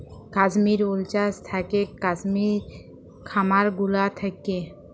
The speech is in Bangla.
কাশ্মির উল চাস থাকেক কাশ্মির খামার গুলা থাক্যে